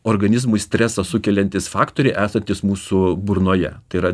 organizmui stresą sukeliantys faktoriai esantys mūsų burnoje tai yra